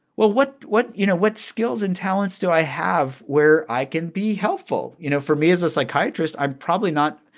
well, what what you know, what skills and talents do i have where i can be helpful? you know, for me as a psychiatrist, i'm probably not,